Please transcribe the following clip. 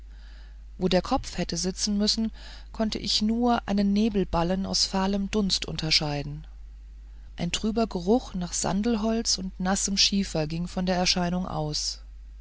wo der kopf hätte sitzen müssen konnte ich nur einen nebelballen aus fahlem dunst unterscheiden ein trüber geruch nach sandelholz und nassem schiefer ging von der erscheinung aus